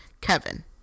Kevin